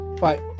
Bye